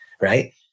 right